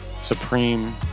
Supreme